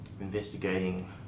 Investigating